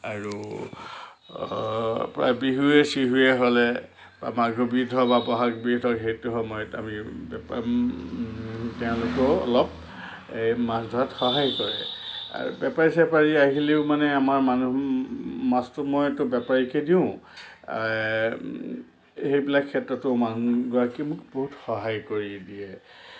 আৰু প্ৰায় বিহুৱে চিহুৱে হ'লে বা মাঘৰ বিহুত হওক বা বহাগ বিহুত হওক সেইটো হময়ত আমি তেওঁলোকেও অলপ এই মাছ ধৰাত সহায় কৰে আৰু বেপাৰী চেপাৰী আহিলেও মানে আমাৰ মানুহ মাছটো মই বেপাৰীকে দিওঁ সেইবিলাক ক্ষেত্ৰতো মানুহগৰাকীয়ে মোক বহুত সহায় কৰি দিয়ে